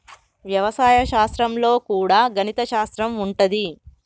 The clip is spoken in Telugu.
వ్యవసాయ శాస్త్రం లో కూడా గణిత శాస్త్రం ఉంటది